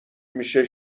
میشه